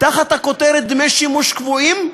תחת הכותרת "דמי שימוש קבועים",